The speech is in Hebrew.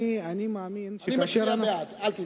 אני מאמין שכאשר, אני מצביע בעד, אל תדאג.